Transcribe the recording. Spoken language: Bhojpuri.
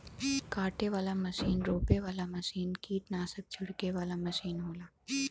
काटे वाला मसीन रोपे वाला मसीन कीट्नासक छिड़के वाला मसीन होला